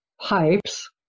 pipes